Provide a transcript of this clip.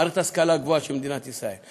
מערכת ההשכלה הגבוהה של מדינת ישראל,